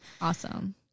Awesome